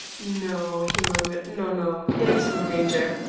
no, he murmured, no, no. there is no danger.